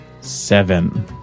Seven